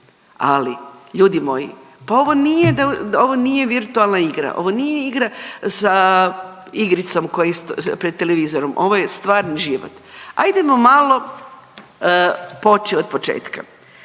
Ali ljudi moji pa ovo nije virtualna igra, ovo nije igra sa igricom pred televizorom. Ovo je stvarni život. Ajdemo malo poći od početka.